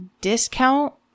discount